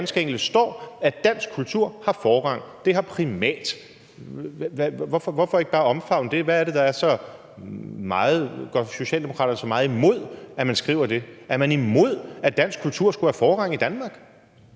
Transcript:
ganske enkelt står, at dansk kultur har forrang, at det har primat. Hvorfor ikke bare omfavne det? Hvad er det, der går Socialdemokraterne så meget imod, ved at man skriver det? Er man imod, at dansk kultur skulle have forrang i Danmark?